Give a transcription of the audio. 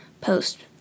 post